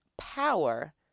power